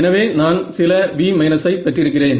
எனவே நான் சில V ஐ பெற்றிருக்கிறேன்